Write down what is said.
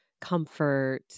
comfort